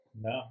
No